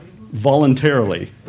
voluntarily